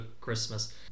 Christmas